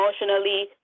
emotionally